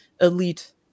elite